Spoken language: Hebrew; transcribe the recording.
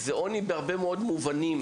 זה עוני בהרבה מאוד מובנים,